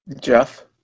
Jeff